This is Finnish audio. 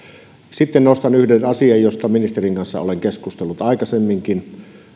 sitten nostan yhden asian josta ministerin kanssa olen keskustellut aikaisemminkin